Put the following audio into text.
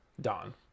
Don